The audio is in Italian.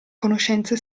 conoscenze